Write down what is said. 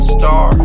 star